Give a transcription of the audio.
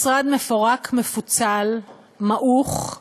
משרד מפורק, מפוצל, מעוך,